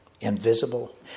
invisible